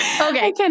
Okay